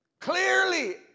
Clearly